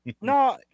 No